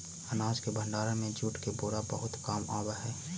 अनाज के भण्डारण में जूट के बोरा बहुत काम आवऽ हइ